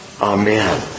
Amen